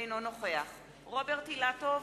אינו נוכח רוברט אילטוב,